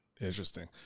Interesting